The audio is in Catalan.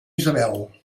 isabel